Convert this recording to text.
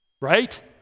right